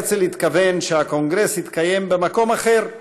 הרצל התכוון שהקונגרס יתקיים במקום אחר,